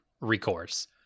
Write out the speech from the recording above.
recourse